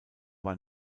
war